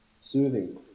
soothing